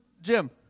Jim